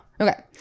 Okay